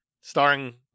Starring